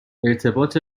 ارتباط